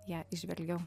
ją įžvelgiau